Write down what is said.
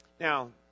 Now